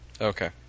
Okay